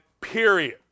period